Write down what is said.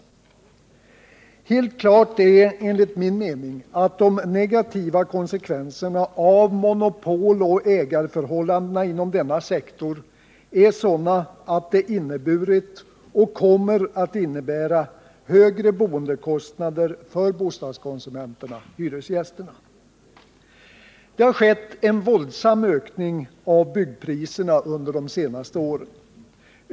Helt klart är enligt min mening att de negativa konsekvenserna av monopoloch ägarförhållandena inom denna sektor är sådana att det inneburit och kommer att innebära högre boendekostnader för bostadskonsumenterna/hyresgästerna. Det har skett en våldsam ökning av byggpriserna under de senaste åren.